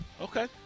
Okay